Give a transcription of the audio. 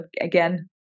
again